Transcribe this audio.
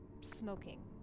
smoking